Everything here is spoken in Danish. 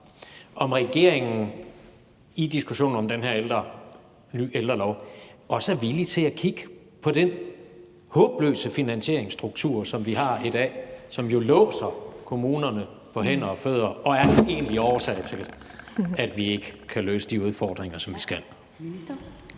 om regeringen i diskussionen om den her ældrelov også er villig til at kigge på den håbløse finansieringsstruktur, som vi har i dag, og som jo binder kommunerne på hænder og fødder og er den egentlige årsag til, at vi ikke kan løse de udfordringer, som vi skal.